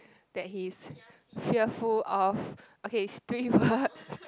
that he's fearful of okay stupid people